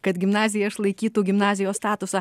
kad gimnazija išlaikytų gimnazijos statusą